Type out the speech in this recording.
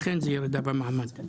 לכן זאת ירידה במעמד.